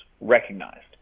recognized